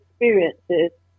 experiences